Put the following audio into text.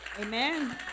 Amen